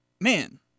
Man